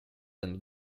and